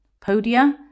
Podia